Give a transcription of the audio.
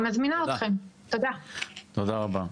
תודה רבה.